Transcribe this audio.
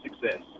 success